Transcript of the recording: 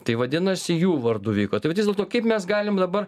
tai vadinasi jų vardu vyko tai vat vis dėlto kaip mes galim dabar